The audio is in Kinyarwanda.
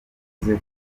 yavuze